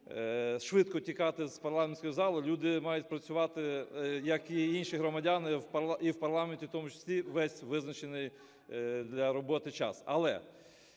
швидко тікати з парламентської зали. Люди мають працювати, як і інші громадяни, і в парламенті в тому числі, весь визначений для роботи час.